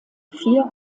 vier